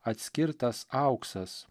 atskirtas auksas